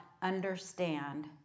Understand